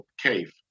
cave